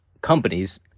companies